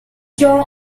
jong